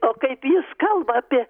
o kaip jis kalba apie